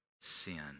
sin